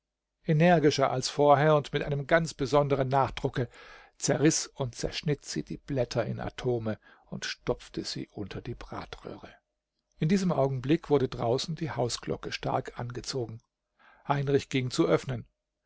energischer als vorher und mit einem ganz besonderen nachdrucke zerriß und zerschnitt sie die blätter in atome und stopfte sie unter die bratröhre in diesem augenblick wurde draußen die hausglocke stark angezogen heinrich ging zu öffnen